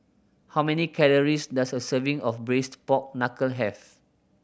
how many calories does a serving of Braised Pork Knuckle have